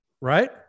right